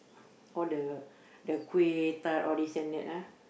all the the kueh tart all these and that ah